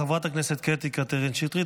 חברת הכנסת קטי קטרין שטרית,